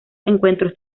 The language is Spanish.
encuentros